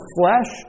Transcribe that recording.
flesh